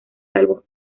salvo